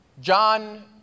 John